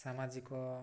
ସାମାଜିକ